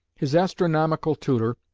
his astronomical tutor,